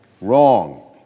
wrong